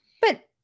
But-